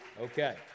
Okay